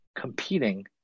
competing